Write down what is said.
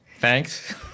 Thanks